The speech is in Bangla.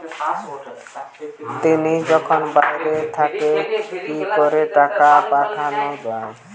তিনি এখন বাইরে থাকায় কি করে টাকা পাঠানো য়ায়?